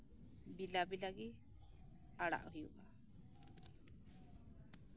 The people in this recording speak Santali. ᱵᱮᱞᱟ ᱵᱮᱞᱟᱜᱮ ᱟᱲᱟᱜ ᱦᱩᱭᱩᱜᱼᱟ